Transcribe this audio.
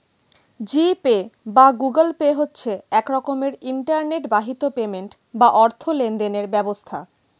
জি Pay বা Google Pay হচ্ছে এক রকমের ইন্টারনেট বাহিত পেমেন্ট বা অর্থ লেনদেনের ব্যবস্থা